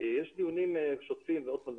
יש דיונים שוטפים ועוד פעם,